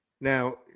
Now